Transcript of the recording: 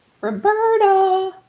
Roberta